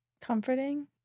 comforting